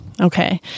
Okay